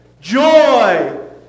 joy